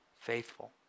Faithful